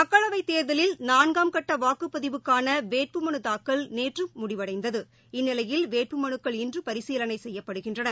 மக்களவை தேர்தலில் நான்காம் கட்டவாக்குபதிவுக்கான வேட்பு மனு தாக்கல் நேற்று முடிவடைந்தது இந்நிலையில் வேட்புமனுக்கள் இன்று பரிசீலனை செய்யப்படுகின்றன